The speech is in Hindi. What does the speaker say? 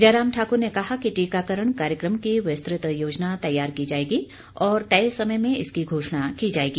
जयराम ठाकुर ने कहा कि टीकाकरण कार्यक्रम की विस्तृत योजना तैयार की जाएगी और तय समय में इसकी घोषणा की जाएगी